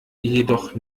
jedoch